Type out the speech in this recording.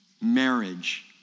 marriage